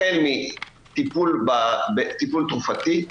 החל בטיפול תרופתי,